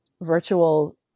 virtual